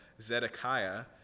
Zedekiah